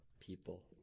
people